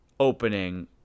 opening